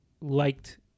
liked